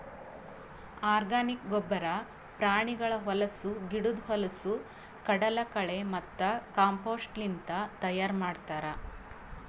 organic ಗೊಬ್ಬರ ಪ್ರಾಣಿಗಳ ಹೊಲಸು, ಗಿಡುದ್ ಹೊಲಸು, ಕಡಲಕಳೆ ಮತ್ತ ಕಾಂಪೋಸ್ಟ್ಲಿಂತ್ ತೈಯಾರ್ ಮಾಡ್ತರ್